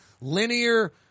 linear